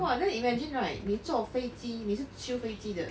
!wah! then imagine right 你坐飞机你是修飞机的